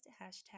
hashtag